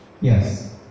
Yes